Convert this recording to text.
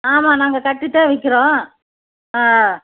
ஆமாம் நாங்கள் கட்டித்தான் விற்கிறோம் ஆ